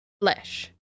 flesh